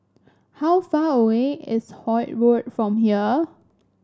how far away is Holt Road from here